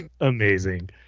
amazing